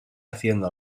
haciendo